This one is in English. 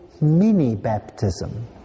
mini-baptism